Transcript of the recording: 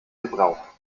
gebrauch